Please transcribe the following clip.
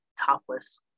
topless